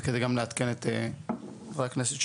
זה כדי גם לעדכן את חבר הכנסת.